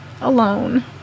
alone